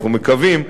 אנחנו מקווים,